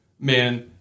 man